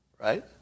Right